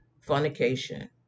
fornication